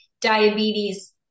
diabetes